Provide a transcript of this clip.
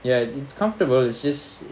ya it's it's comfortable it's just